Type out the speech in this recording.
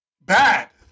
bad